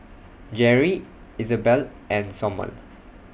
Jerri Izabelle and Sommer